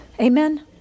Amen